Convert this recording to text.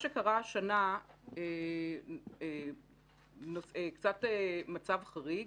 השנה יש למעשה מצב קצת חריג.